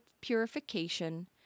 purification